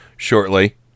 Shortly